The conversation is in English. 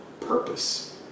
purpose